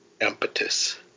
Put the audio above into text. impetus